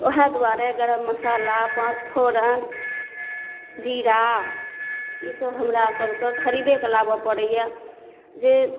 ओहे दुआरे गरम मसाला पँचफोरन जीरा ई सब हमरा सबके खरीदेके लाबऽ पड़ैया जे